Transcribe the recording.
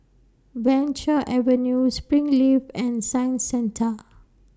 Venture Avenue Springleaf and Science Centre